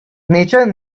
nature